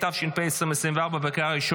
נא לשבת במקום.